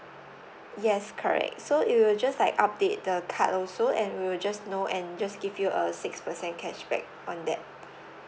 yes correct so it will just like update the card also and we will just know and just give you a six percent cashback on that